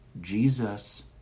Jesus